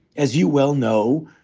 as you well know,